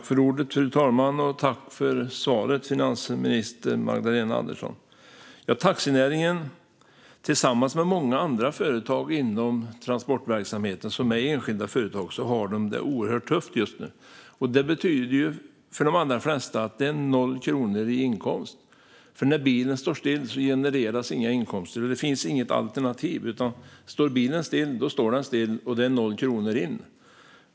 Fru talman! Tack, finansminister Magdalena Andersson, för svaret! Taxinäringen tillsammans med många andra företag inom transportverksamheten som är enskilda företag har det oerhört tufft just nu. För de allra flesta betyder detta 0 kronor i inkomst. När bilen står stilla genereras inga inkomster. Det finns inget alternativ, utan när bilen står stilla så står den stilla. Det blir 0 kronor in.